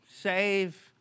save